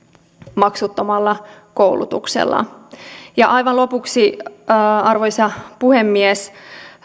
maksuttomalla koulutuksella aivan lopuksi arvoisa puhemies